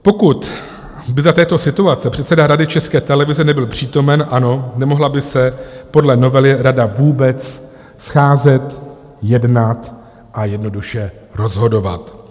Pokud by za této situace předseda Rady České televize nebyl přítomen, ano, nemohla by se podle novely rada vůbec scházet, jednat a jednoduše rozhodovat.